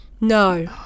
No